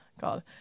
God